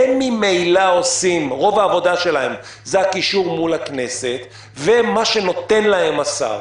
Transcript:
ממילא רוב העבודה שלהם זה הקישור מול הכנסת ומה שנותן להם השר.